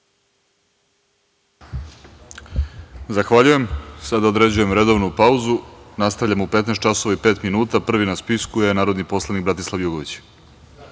Zahvaljujem. Sada određujem redovnu pauzu. Nastavljamo u 15.05 časova. Prvi na spisku je narodni poslanik Bratislav Jugović.(Posle